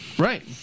Right